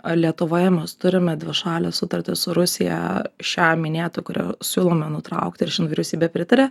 ar lietuvoje mes turime dvišalę sutartį su rusija šią minėtą kurią siūlome nutraukti ir šiandien vyriausybė pritarė